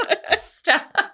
Stop